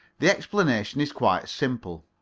the explanation is quite simple.